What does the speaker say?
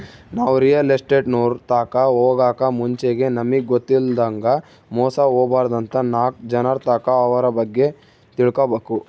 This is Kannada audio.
ನಾವು ರಿಯಲ್ ಎಸ್ಟೇಟ್ನೋರ್ ತಾಕ ಹೊಗಾಕ್ ಮುಂಚೆಗೆ ನಮಿಗ್ ಗೊತ್ತಿಲ್ಲದಂಗ ಮೋಸ ಹೊಬಾರ್ದಂತ ನಾಕ್ ಜನರ್ತಾಕ ಅವ್ರ ಬಗ್ಗೆ ತಿಳ್ಕಬಕು